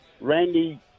Randy